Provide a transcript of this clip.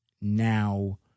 now